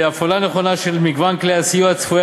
הפעלה נכונה של מגוון כלי הסיוע צפויה